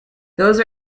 those